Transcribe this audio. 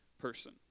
person